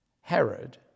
Herod